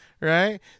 right